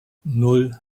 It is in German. nan